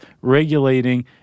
regulating